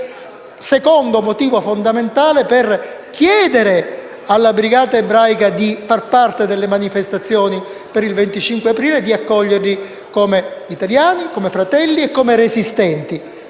secondo motivo fondamentale per chiedere alla Brigata ebraica di far parte delle manifestazioni per il 25 aprile, di accoglierli come italiani, come fratelli e come resistenti.